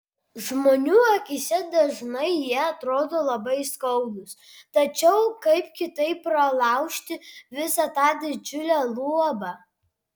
žmonių akyse dažnai jie atrodo labai skaudūs tačiau kaip kitaip pralaužti visa tą didžiulę luobą